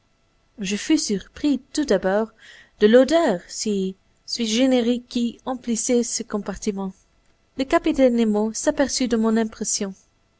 je fus surpris tout d'abord de l'odeur sui generis qui emplissait ce compartiment le capitaine nemo s'aperçut de mon impression